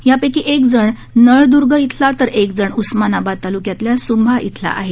यापैकी एकजण नळदर्ग इथला तर एकजण उस्मानाबाद तालुक्यातल्या सुंभा इथला आहे